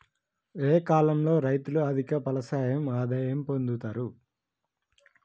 ఏ కాలం లో రైతులు అధిక ఫలసాయం ఆదాయం పొందుతరు?